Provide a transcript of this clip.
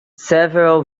several